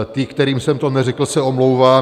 Těm, kterým jsem to neřekl, se omlouvám.